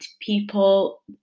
people